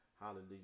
hallelujah